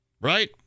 right